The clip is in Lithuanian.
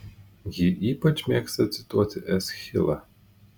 ji ypač mėgsta cituoti eschilą